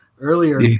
earlier